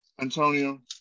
Antonio